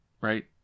right